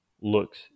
looks